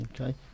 Okay